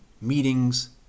meetings